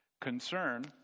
concern